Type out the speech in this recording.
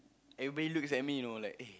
everybody looks at me you know like eh